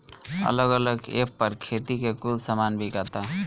अलग अलग ऐप पर खेती के कुल सामान बिकाता